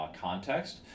context